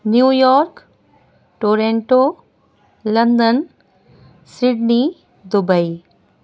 new York Toronto London Sydney Dubai